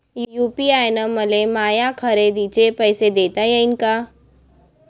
UPI न मले माया खरेदीचे पैसे देता येईन का?